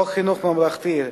חוק חינוך ממלכתי,